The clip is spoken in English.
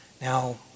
Now